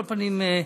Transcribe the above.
על כל פנים,